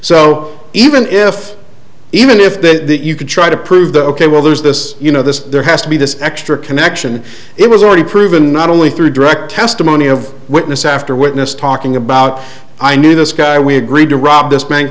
so even if even if then you could try to prove that ok well there's this you know this there has to be this extra connection it was already proven not only through direct testimony of witness after witness talking about i knew this guy we agreed to rob